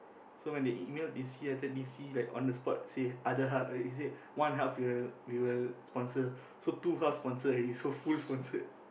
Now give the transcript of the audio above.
so when they emailed D_C D_C like on the spot say other half eh he say one half we will we will sponsor so two half sponsor already so full sponsored